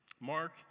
Mark